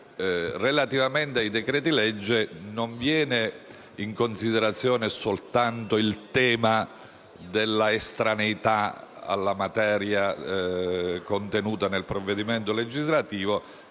relativamente ai decreti‑legge non viene in considerazione soltanto il tema della estraneità alla materia contenuta nel provvedimento legislativo,